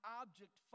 object